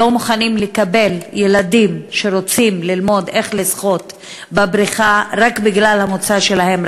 לא מוכנים לקבל ילדים שרוצים ללמוד לשחות בבריכה רק בגלל המוצא שלהם,